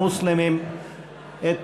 אני מבקש דקה של תשומת לב לפני שיחליף אותי סגן